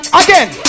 again